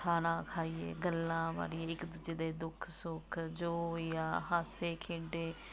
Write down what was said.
ਖਾਣਾ ਖਾਈਏ ਗੱਲਾਂ ਮਾਰੀਏ ਇੱਕ ਦੂਜੇ ਦੇ ਦੁੱਖ ਸੁੱਖ ਜੋ ਜਾਂ ਹਾਸੇ ਖੇਡੇ